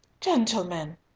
Gentlemen